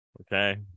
Okay